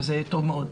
וזה טוב מאוד.